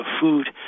food